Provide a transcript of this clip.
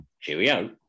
cheerio